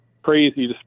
crazy